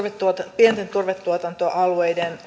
pienten turvetuotantoalueiden